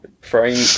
frame